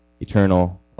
Eternal